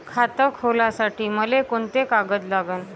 खात खोलासाठी मले कोंते कागद लागन?